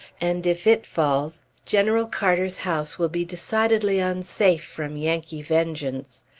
and if it falls, general carter's house will be decidedly unsafe from yankee vengeance.